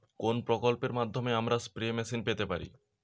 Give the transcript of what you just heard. কোন প্রকল্পের মাধ্যমে আমরা স্প্রে মেশিন পেতে পারি?